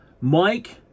Mike